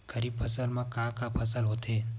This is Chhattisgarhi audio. खरीफ फसल मा का का फसल होथे?